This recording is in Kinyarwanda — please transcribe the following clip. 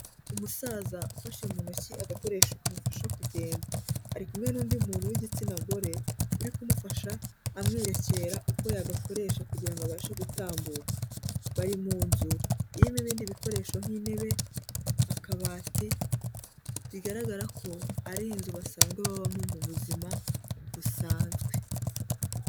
Umusaza ufashe mu ntoki agakoresho kamufasha kugenda ari kumwe n'undi muntu w'igitsina gore uri kumufasha amwerekera uko yagakoresha kugira ngo abashe gutambuka. Bari mu nzu irimo ibindi bikoresho nk'intebe, akabati bigaragara ko ari inzu basanzwe babamo mu buzima busanzwe.